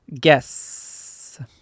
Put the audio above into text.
guess